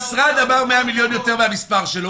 המשרד אמר 100 מיליון יותר מהמספר שלו,